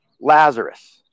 Lazarus